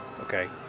okay